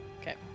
Okay